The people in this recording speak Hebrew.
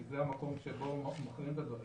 כי זה המקום שבו מכינים את הדברים,